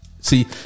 See